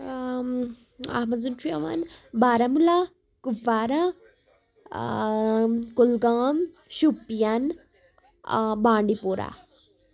اَتھ منٛز چھُ یِوان بارہمولہ کُپوارہ کُلگام شُپین بانڈی پورہ